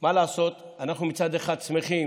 מה לעשות, אנחנו מצד אחד שמחים